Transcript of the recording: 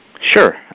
Sure